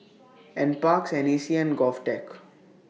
N Parks N A C and Govtech